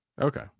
Okay